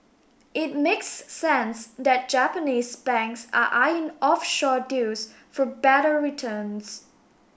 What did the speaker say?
it makes sense that Japanese banks are eyeing offshore deals for better returns